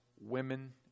women